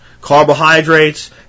carbohydrates